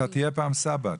אתה תהיה פעם סבא,